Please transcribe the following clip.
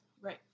Right